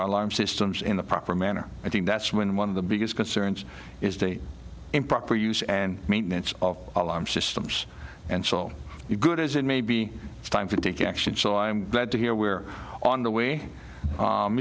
alarm systems in the proper manner i think that's when one of the biggest concerns is the improper use and maintenance of alarm systems and so you good it may be time to take action so i'm glad to hear we're on the way